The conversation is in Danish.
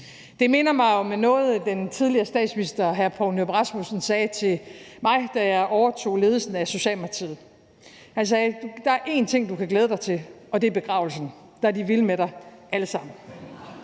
Det minder mig om noget, den tidligere statsminister hr. Poul Nyrup Rasmussen sagde til mig, da jeg overtog ledelsen af Socialdemokratiet. Han sagde: Der er én ting, du kan glæde dig til, og det er begravelsen, der er de alle sammen